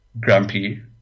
grumpy